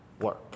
work